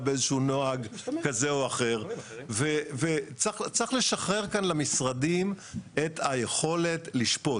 באיזשהו נוהג כזה או אחר וצריך לשחרר כאן למשרדים את היכולת לשפוט,